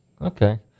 Okay